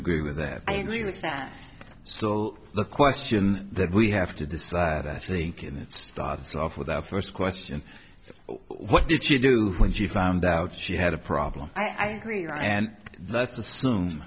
agree with that so the question that we have to decide that i think you know it starts off with our first question what did she do when she found out she had a problem i agree and that's assum